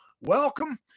welcome